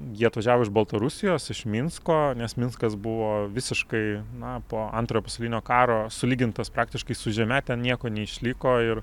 jie atvažiavo iš baltarusijos kas iš minsko nes minskas buvo visiškai na po antrojo pasaulinio karo sulygintas praktiškai su žeme ten nieko neišliko ir